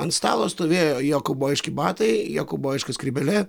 ant stalo stovėjo jo kaubojiški batai jo kaubojiška skrybėlė